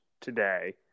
today